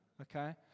okay